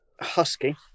husky